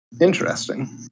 Interesting